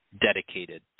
dedicated